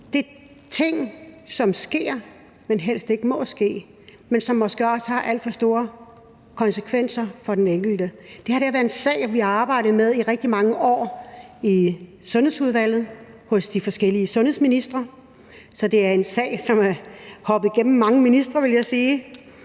Det er ting, som sker, men helst ikke må ske, og som måske også har alt for store konsekvenser for den enkelte. Det her har været en sag, vi har arbejdet med i rigtig mange år i Sundhedsudvalget under de forskellige sundhedsministre, så det er en sag, som er hoppet mellem mange ministre, vil jeg sige.